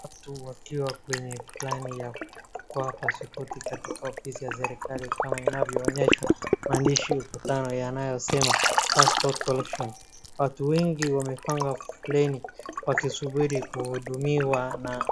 Watu wakiwa kwenye plani ya kuchukua pasipoti katika ofisi ya serikali kama inavyoonyeshwa maandishi ukutani yanayosema paasport collection . Watu wengi wamepanga foleni wakisubiri kuhudumiwa na.